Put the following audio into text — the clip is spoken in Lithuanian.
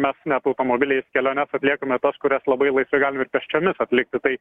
mes net automobiliais keliones atliekame tas kurias labai laisvai galim ir pėsčiomis atlikti tai